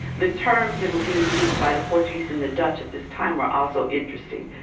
the terms that were being used by the portuguese and the dutch at this time are also interesting.